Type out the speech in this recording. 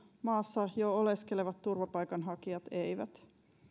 maassa jo oleskelevat turvapaikanhakijat eivät